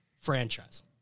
franchise